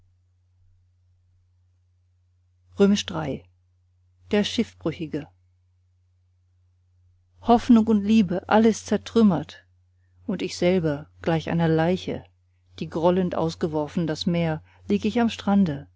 iii der schiffbrüchige hoffnung und liebe alles zertrümmert und ich selber gleich einer leiche die grollend ausgeworfen das meer lieg ich am strande